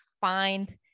find